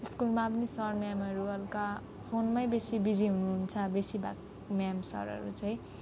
स्कुलमा पनि सर म्यामहरू हल्का फोनमै बेसी बिजी हुनुहुन्छ बेसीभाग म्याम सरहरू चाहिँ